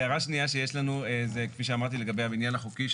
הערה שנייה שיש לנו זה כפי שאמרתי לגבי המניין החוקי,